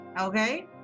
okay